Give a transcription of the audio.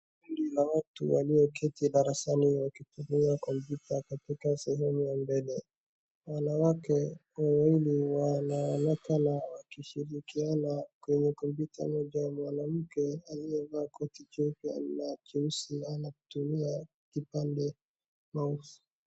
Kundi la watu walioketi darasani wakitumia kompyuta katika sehemu ya mbele. Wanawake wawili wanaonekana wakishirikiana kwenye kompyuta moja. Mwanamke aliyevaa koti jeupe na jeusi anatumia kipande ( mouse ).